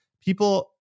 people